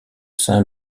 saint